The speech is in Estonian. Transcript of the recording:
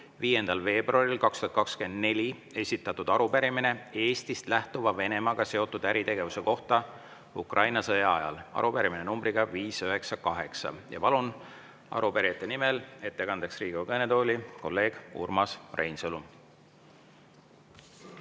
5. veebruaril 2024 esitatud arupärimine Eestist lähtuva Venemaaga seotud äritegevuse kohta Ukraina sõja ajal. Arupärimine kannab numbrit 598. Palun arupärijate nimel ettekandeks Riigikogu kõnetooli kolleeg Urmas Reinsalu.